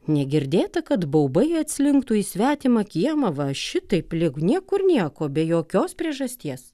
negirdėta kad baubai atslinktų į svetimą kiemą va šitaip lyg niekur nieko be jokios priežasties